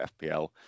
FPL